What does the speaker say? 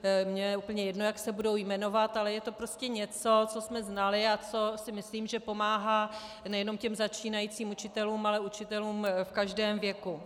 Mně je úplně jedno, jak se budou jmenovat, ale je to prostě něco, co jsme znali a co si myslím, že pomáhá nejenom začínajícím učitelům, ale učitelům v každém věku.